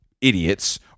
Idiots